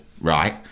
right